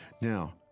Now